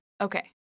Okay